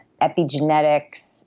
epigenetics